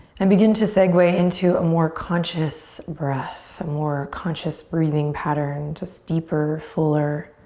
and begin to segue into a more conscious breath, a more conscious breathing pattern, just deeper, fuller